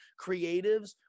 creatives